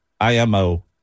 IMO